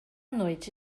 noite